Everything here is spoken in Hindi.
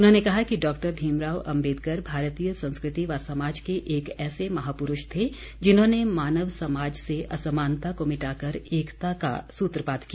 उन्होंने कहा कि डॉक्टर भीमराव अम्बेदकर भारतीय संस्कृति व समाज के एक ऐसे महापुरूष थे जिन्होंने मानव समाज से असमानता को मिटाकर एकता का सूत्रपात किया